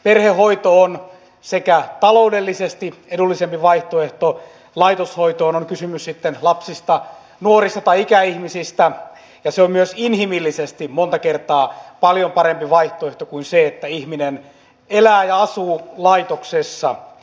perhehoito on taloudellisesti edullisempi vaihtoehto laitoshoitoon on kysymys sitten lapsista nuorista tai ikäihmisistä ja se on myös inhimillisesti monta kertaa paljon parempi vaihtoehto kuin se että ihminen elää ja asuu laitoksessa